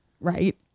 Right